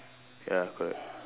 ya correct